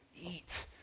eat